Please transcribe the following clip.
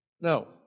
No